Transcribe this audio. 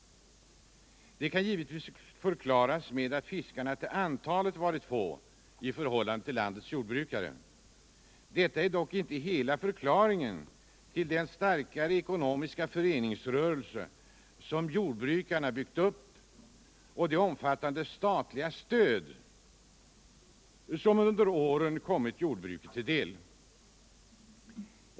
Det kan givetvis förklaras med att fiskarna till antalet varit få i förhållande till landets jordbrukare. Detta är dock inte hela förklaringen till den starka:e ckonomiska föreningsrörelse som jordbrukarna byggt upp, och det omfattande statliga stöd som under åren kommit jordbruket till del.